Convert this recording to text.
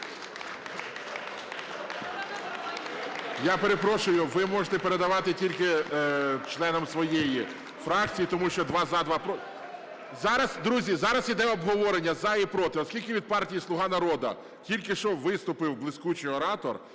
Я перепрошую, ви можете передавати тільки членам своєї фракції, тому що два – за, два – проти... (Шум у залі) Зараз, друзі, зараз іде обговорення: за і проти. Оскільки від партії "Слуга народу" тільки що виступив блискучий оратор,